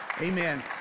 Amen